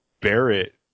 Barrett